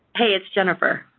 hey, it's jennifer.